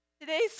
Today's